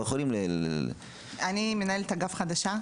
אני מנהלת אגף חדשה,